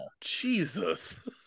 Jesus